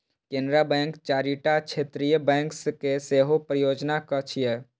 Canara bank चारिटा क्षेत्रीय bank के सेहो प्रायोजक छियै